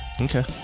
Okay